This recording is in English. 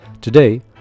today